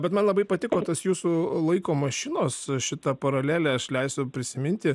bet man labai patiko tas jūsų laiko mašinos šita paralelė aš leisiu prisiminti